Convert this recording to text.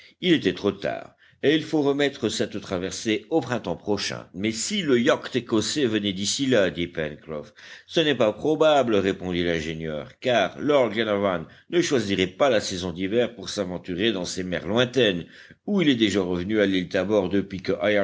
il était trop tard et il faut remettre cette traversée au printemps prochain mais si le yacht écossais venait d'ici là dit pencroff ce n'est pas probable répondit l'ingénieur car lord glenarwan ne choisirait pas la saison d'hiver pour s'aventurer dans ces mers lointaines ou il est déjà revenu à l'île tabor depuis que